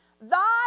Thy